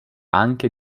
anche